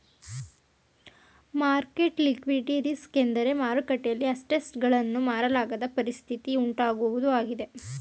market liquidity risk ಎಂದರೆ ಮಾರುಕಟ್ಟೆಯಲ್ಲಿ assets ಗಳನ್ನು ಮಾರಲಾಗದ ಪರಿಸ್ಥಿತಿ ಉಂಟಾಗುವುದು ಆಗಿದೆ